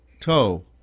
toe